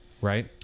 Right